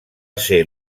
ser